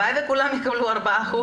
הלוואי וכולם יקבלו 4%,